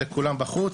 לכולם בחוץ,